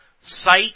site